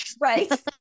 Right